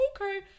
okay